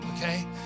okay